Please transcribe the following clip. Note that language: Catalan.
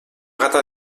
gata